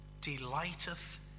delighteth